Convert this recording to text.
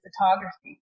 photography